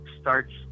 starts